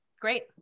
great